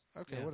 Okay